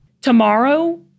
Tomorrow